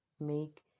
make